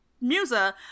Musa